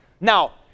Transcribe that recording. Now